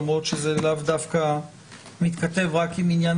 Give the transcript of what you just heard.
למרות שזה לאו דווקא מתכתב רק עם עניין